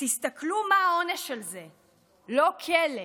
תסתכלו מה העונש על זה, לא כלא".